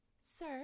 Sir